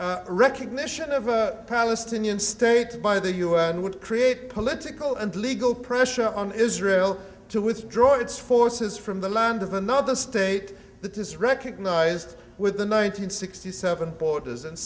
a recognition of a palestinian state by the un would create political and legal pressure on israel to withdraw its forces from the land of another state that is recognized with the nine hundred sixty seven borders and